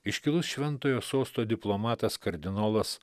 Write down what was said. iškilus šventojo sosto diplomatas kardinolas